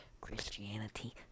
Christianity